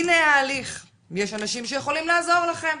הנה ההליך, יש אנשים שיכולים לעזור לכם,